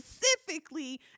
specifically